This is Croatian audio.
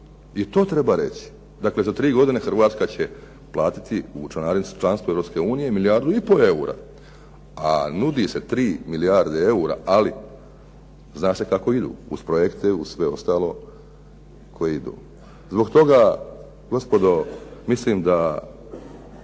I to treba reći. Dakle, za tri godine Hrvatska će platiti članstvo Europske unije milijardu i pol eura. A nudi se 3 milijarde eura, ali zna se kako idu, uz projekte, uz sve ostale koji idu. Zbog toga gospodo mislim da